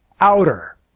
outer